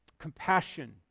compassion